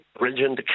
Religion